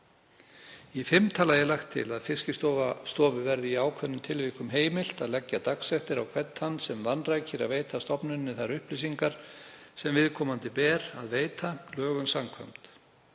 Í fimmta lagi er lagt til að Fiskistofu verði í ákveðnum tilvikum heimilt að leggja dagsektir á hvern þann sem vanrækir að veita stofnuninni þær upplýsingar sem viðkomandi ber að veita lögum samkvæmt.